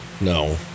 No